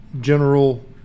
General